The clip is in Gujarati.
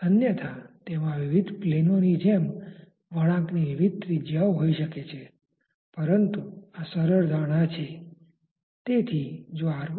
અન્યથા તેમાં વિવિધ પ્લેનોની જેમ વળાંકની વિવિધ ત્રિજ્યાઓ હોઈ શકે છે પરંતુ આ સરળ ધારણા છે